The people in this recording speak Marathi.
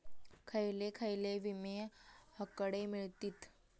खयले खयले विमे हकडे मिळतीत?